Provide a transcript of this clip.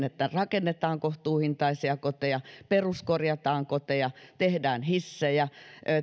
että rakennetaan kohtuuhintaisia koteja peruskorjataan koteja tehdään hissejä